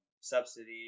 subsidy